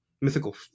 mythical